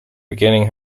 beginning